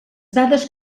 dades